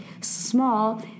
small